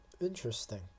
interesting